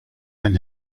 ein